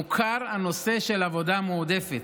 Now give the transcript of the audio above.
מוכר הנושא של העבודה המועדפת.